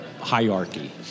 hierarchy